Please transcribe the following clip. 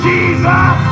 Jesus